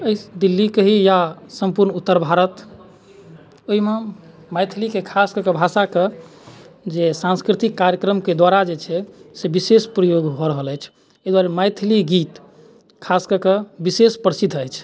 अइ दिल्ली कही या सम्पूर्ण उत्तर भारत ओहिमे मैथिलीके खासकऽ कऽ भाषाके जे सांस्कृतिक कार्यक्रमके द्वारा जे छै से विशेष प्रयोग भऽ रहल अछि एहि दुआरे मैथिली गीत खासकऽ कऽ विशेष प्रसिद्ध अछि